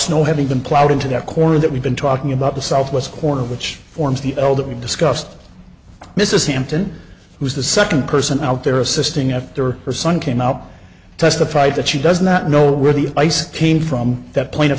snow having been plowed into that corner that we've been talking about the southwest corner which forms the l that we discussed mrs hampton who is the second person out there assisting after her son came out testified that she does not know where the ice came from that point of